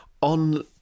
on